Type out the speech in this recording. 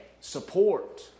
support